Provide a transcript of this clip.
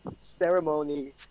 ceremony